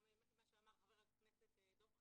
גם מה שאמר חבר הכנסת דב חנין,